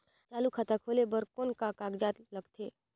चालू खाता खोले बर कौन का कागजात लगथे?